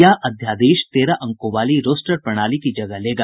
यह अध्यादेश तेरह अंकों वाली रोस्टर प्रणाली की जगह लेगा